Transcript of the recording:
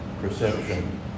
perception